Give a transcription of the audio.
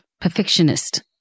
perfectionist